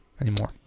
anymore